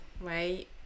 right